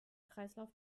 kreislauf